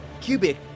Cubic